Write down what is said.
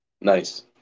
nice